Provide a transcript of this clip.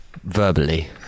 verbally